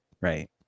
right